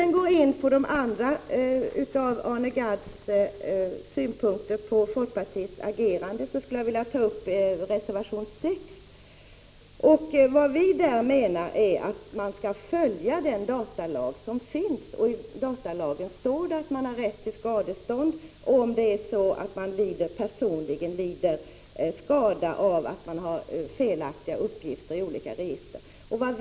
Av Arne Gadds övriga synpunkter på folkpartiets agerande skulle jag vilja ta upp vad han sade om reservation 6. Vi menar där att man skall följa den datalag som finns. I datalagen står att man har rätt till skadestånd om man personligen lider skada av att uppgifter i olika register är felaktiga.